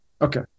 Okay